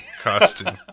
costume